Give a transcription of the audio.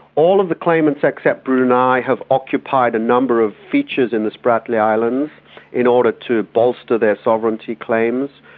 all of the claimants except brunei have occupied a number of features in the spratly islands in order to bolster their sovereignty claims.